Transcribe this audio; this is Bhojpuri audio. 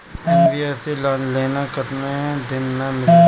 एन.बी.एफ.सी लोन केतना दिन मे मिलेला?